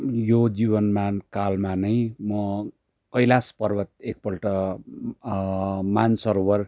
यो जीवनमा कालमा नै म कैलाश पर्वत एकपल्ट मानसरोवर